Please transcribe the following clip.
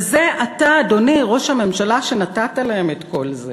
וזה אתה, אדוני ראש הממשלה, שנתת להם את כל זה,